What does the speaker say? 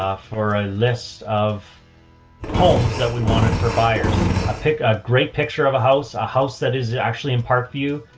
ah for a list of homes that we wanted for buyers. i pick a great picture of a house, a house that is actually in park view.